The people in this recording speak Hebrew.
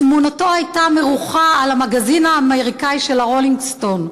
תמונתו הייתה מרוחה על המגזין האמריקני ה"רולינג סטון",